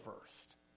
first